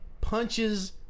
punches